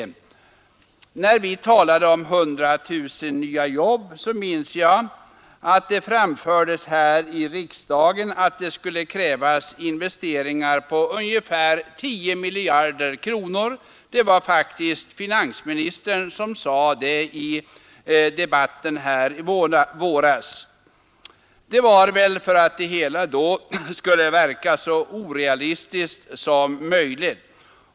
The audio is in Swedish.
När vi talade om 100 000 nya jobb, så minns jag att det framfördes här i riksdagen att det skulle krävas investeringar på ungefär 10 miljarder kronor. Det var faktiskt finansministern som sade det i debatten här i våras. Det var väl för att det hela då skulle verka så orealistiskt som möjligt.